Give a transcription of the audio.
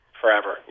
forever